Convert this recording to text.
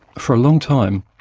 for a long time